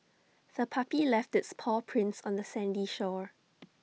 the puppy left its paw prints on the sandy shore